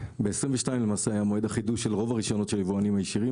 ב-2022 למעשה היה מועד החידוש של רוב הרישיונות של היבואנים הישירים.